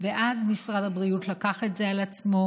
ואז משרד הבריאות לקח את זה על עצמו: